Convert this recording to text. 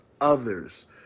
others